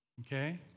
Okay